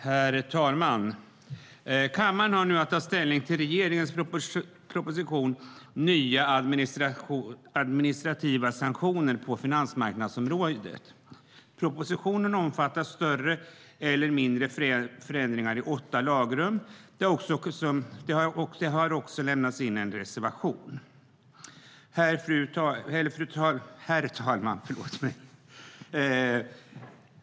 Herr talman! Kammaren har nu att ta ställning till regeringens proposition Nya administrativa sanktioner på finansmarknadsområdet . Propositionen omfattar större eller mindre förändringar i åtta lagrum. Det finns också en reservation i betänkandet. Herr talman!